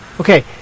Okay